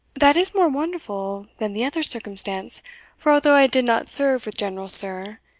that is more wonderful than the other circumstance for although i did not serve with general sir,